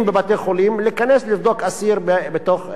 להיכנס לבדוק אסיר בתוך בתי-הכלא,